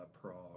Prague